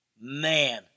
Man